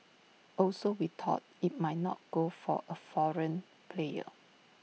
also we thought IT might not go for A foreign player